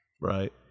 Right